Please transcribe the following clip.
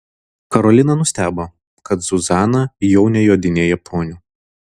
karolina nustebo kad zuzana jau nejodinėja poniu